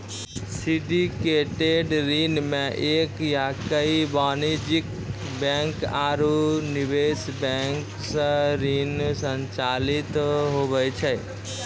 syndicated ऋण मे एक या कई वाणिज्यिक बैंक आरू निवेश बैंक सं ऋण संचालित हुवै छै